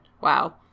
wow